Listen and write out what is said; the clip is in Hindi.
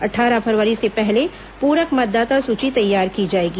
अट्ठारह फरवरी से पहले पूरक मतदाता सूची तैयार की जाएगी